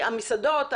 המסעדות,